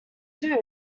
too